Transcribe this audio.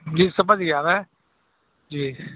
جی سمجھ گیا میں جی